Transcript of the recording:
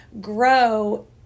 grow